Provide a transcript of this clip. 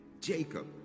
Jacob